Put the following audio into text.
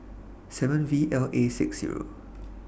seven V L A six Zero